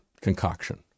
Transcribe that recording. concoction